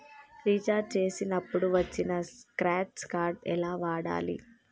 Recharge చేసినప్పుడు వచ్చిన scratch card ఎలా వాడాలి?